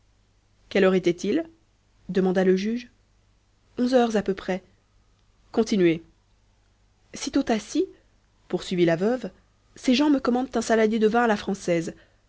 heure était-il demanda le juge onze heures à peu près continuez sitôt assis poursuivit la veuve ces gens me commandent un saladier de vin à la française